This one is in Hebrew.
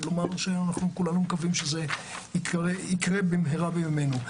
ולומר שכולנו מקווים שזה יקרה במהרה בימינו.